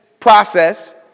process